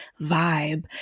vibe